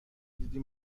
دیدی